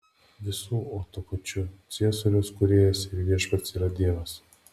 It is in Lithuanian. visų o tuo pačiu ciesoriaus kūrėjas ir viešpats yra dievas